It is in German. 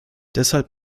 deshalb